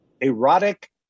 erotic